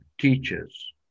teachers